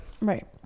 right